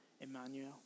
Emmanuel